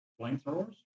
flamethrowers